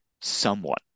somewhat